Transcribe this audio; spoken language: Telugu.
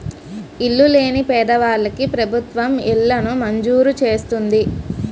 ఇల్లు లేని పేదవాళ్ళకి ప్రభుత్వం ఇళ్లను మంజూరు చేస్తుంది